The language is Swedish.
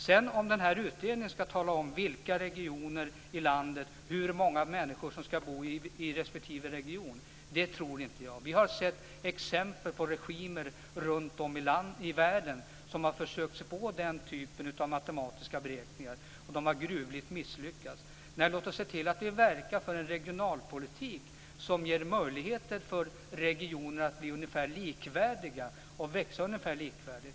Jag tror inte att utredningen skall tala om hur många människor som skall bo i respektive region. Vi har sett exempel på regimer runt om i världen som har försökt sig på den typen av matematiska beräkningar, och de har gruvligt misslyckats. Låt oss se till att vi verkar för en regionalpolitik som ger möjlighet för regionerna att bli ungefär likvärdiga och växa ungefär likvärdigt.